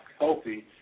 healthy